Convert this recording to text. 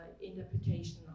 interpretation